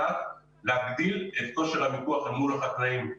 לארץ על מנת להגדיל את כושר המיקוח אל מול החקלאים.